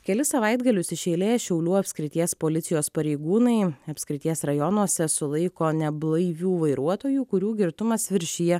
kelis savaitgalius iš eilės šiaulių apskrities policijos pareigūnai apskrities rajonuose sulaiko neblaivių vairuotojų kurių girtumas viršija